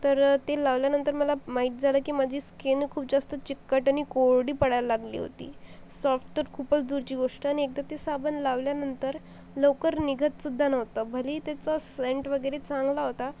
तर ते लावल्यानंतर मला माहीत झालं की माझी स्किन खूप जास्त चिकट आणि कोरडी पडायला लागली होती सॉफ्ट तर खूपच दूरची गोष्ट आणि एकदा ते साबण लावल्यानंतर लवकर निघतसुद्धा नव्हता भलेही त्याचा सेंट वगैरे चांगला होता